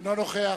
אינו נוכח